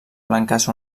blanques